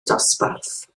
dosbarth